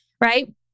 right